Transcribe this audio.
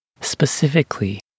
Specifically